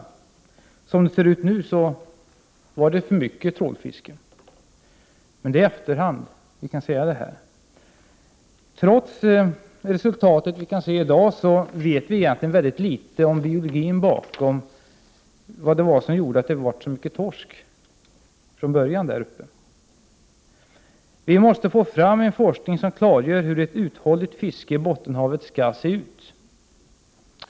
Efter vad man kan se nu, fiskade man för mycket med trål, men det är lätt att säga i efterhand. Trots att vi kan se resultatet i dag, vet vi egentligen mycket litet om biologin bakom och orsaken till att det från början blev så mycket torsk i Bottenhavet. Vi måste få fram en forskning som klargör hur ett uthålligt fiske i Bottenhavet skall se ut.